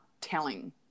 telling